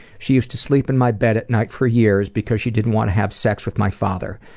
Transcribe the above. she used to sleep in my bed at night for years because she didn't want to have sex with my father.